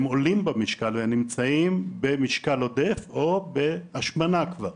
עולים במשקל, ונמצאים במשקל עודף או כבר בהשמנה.